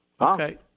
Okay